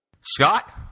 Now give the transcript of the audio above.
Scott